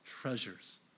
treasures